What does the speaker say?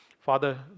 Father